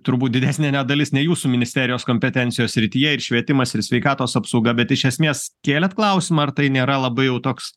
turbūt didesnė net dalis ne jūsų ministerijos kompetencijos srityje ir švietimas ir sveikatos apsauga bet iš esmės kėlėt klausimą ar tai nėra labai jau toks